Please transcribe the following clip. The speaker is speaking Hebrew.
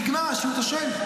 נגמר השיעור, אתה שואל: